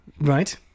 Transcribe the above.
right